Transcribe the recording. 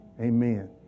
Amen